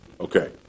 Okay